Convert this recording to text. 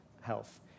health